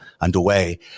underway